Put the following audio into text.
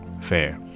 fair